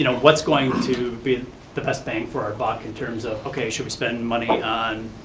you know what's going to be the best bang for our buck in terms of, okay, should we spend money on